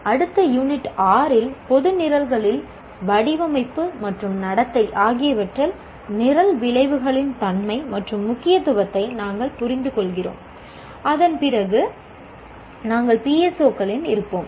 அடுத்த யூனிட் 6 இல் பொது நிரல்களின் வடிவமைப்பு மற்றும் நடத்தை ஆகியவற்றில் நிரல் விளைவுகளின் தன்மை மற்றும் முக்கியத்துவத்தை நாங்கள் புரிந்துகொள்கிறோம் அதன் பிறகு நாங்கள் PSO களில் இருப்போம்